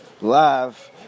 live